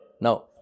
Now